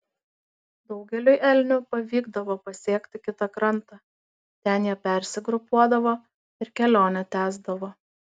daugeliui elnių pavykdavo pasiekti kitą krantą ten jie persigrupuodavo ir kelionę tęsdavo